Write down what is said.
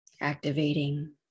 Activating